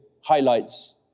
highlights